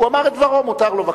הוא אמר את דברו, מותר לו.